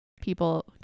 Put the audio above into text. people